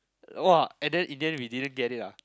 !wah! and then it then we didn't get it ah